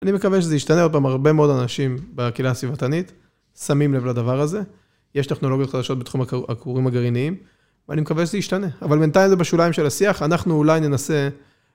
אני מקווה שזה ישתנה. עוד פעם, הרבה מאוד אנשים בקהילה הסביבתנית, שמים לב לדבר הזה, יש טכנולוגיות חדשות בתחום הכורים הגרעיניים ואני מקווה שזה ישתנה. אבל בינתיים זה בשוליים של השיח. אנחנו אולי ננסה...